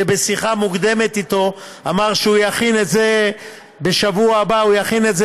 שבשיחה מוקדמת איתו אמר שבשבוע הבא הוא יכין את זה